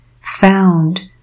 found